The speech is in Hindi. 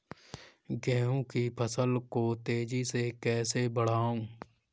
गेहूँ की फसल को तेजी से कैसे बढ़ाऊँ?